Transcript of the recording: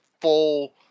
full